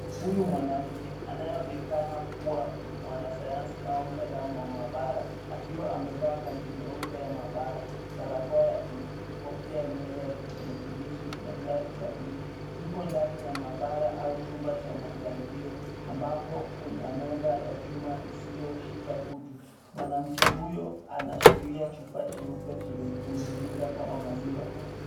Huyu mwanamke anayeonekana kuwa mwanasayansi au mtaalamu wa maabara akiwa amevaa kanzu nyeupe ya maabara, barakoa ya blue , kofia ya nywele ya kijani kibichi na glavu za blue . Yuko ndani ya maabara au chumba cha majaribio ambapo kuna meza ya chuma isiyoshika kutu. Mwanamke huyo anashikilia chupa cheupe chenye kimiminika kama maziwa.